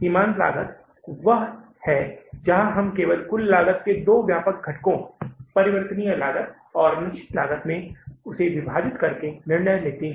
सीमांत लागत वह है जहां हम केवल कुल लागत को दो व्यापक घटकों परिवर्तनीय लागत और निश्चित लागत में विभाजित करके निर्णय लेते हैं